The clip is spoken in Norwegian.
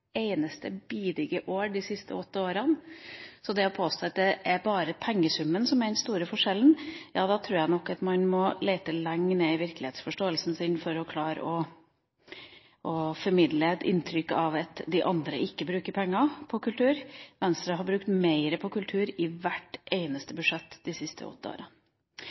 eneste år. Det er ikke bare regjeringa som har plusset på, vi har plusset på mer hvert bidige år de siste åtte årene. Når man påstår at det bare er pengesummen som er den store forskjellen, tror jeg nok at man må lete lenger ned i virkelighetsforståelsen sin for å klare å formidle et inntrykk av at de andre ikke bruker penger på kultur. Venstre har brukt mer på kultur i hvert eneste budsjett de siste åtte